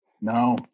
no